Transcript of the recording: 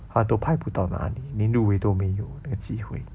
他都排不到哪里连入围都没有那个机会